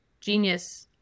genius-